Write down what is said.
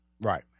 Right